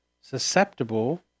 susceptible